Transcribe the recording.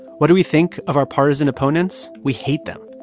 what do we think of our partisan opponents? we hate them.